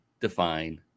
define